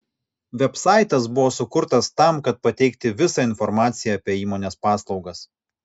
vebsaitas buvo sukurtas tam kad pateikti visą informaciją apie įmonės paslaugas